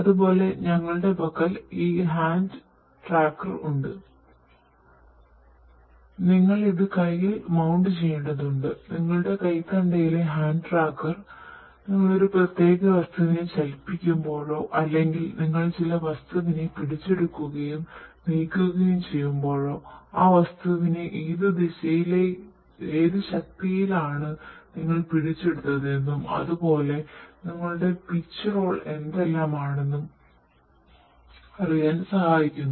അതുപോലെ ഞങ്ങളുടെ പക്കൽ ഈ ഹാൻഡ് ട്രാക്കർ എന്താണെന്നുമെല്ലാം അറിയാൻ സഹായിക്കുന്നു